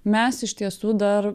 mes iš tiesų dar